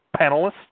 panelists